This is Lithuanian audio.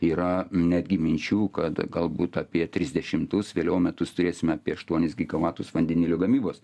yra netgi minčių kad galbūt apie trisdešimtus vėliau metus turėsime apie aštuonis gigavatus vandenilio gamybos